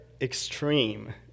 extreme